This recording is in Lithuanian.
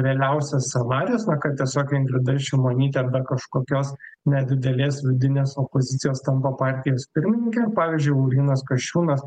realiausias scenarijus na kad tiesiog ingrida šimonytė be kažkokios nedidelės vidinės opozicijos tampa partijos pirmininke pavyzdžiui laurynas kasčiūnas